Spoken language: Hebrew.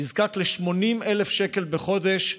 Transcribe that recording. נזקק ל-80,000 שקל בחודש.